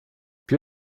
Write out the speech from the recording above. più